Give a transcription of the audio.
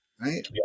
right